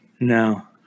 No